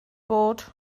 bod